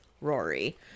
Rory